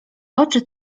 oczy